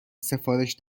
سفارش